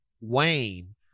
Wayne